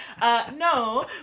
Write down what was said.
No